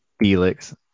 Felix